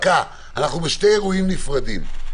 אנחנו בשני אירועים נפרדים.